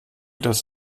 dass